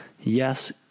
Yes